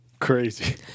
Crazy